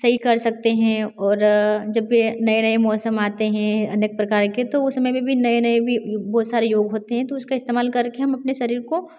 सही कर सकते हैं और जब भी नए नए मौसम आते हैं अनेक प्रकार के तो उस समय में भी नए नए भी बहुत सारे योग होते हैं तो उसका इस्तेमाल करके हम अपने शरीर को